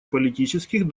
политических